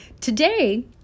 Today